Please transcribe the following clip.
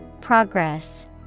Progress